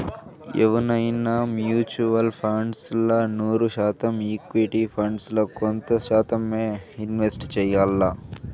ఎవువైనా mutual funds ల నూరు శాతం ఈక్విటీ ఫండ్స్ ల కొంత శాతమ్మే ఇన్వెస్ట్ చెయ్యాల్ల